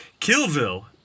Killville